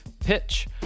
Pitch